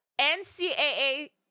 NCAA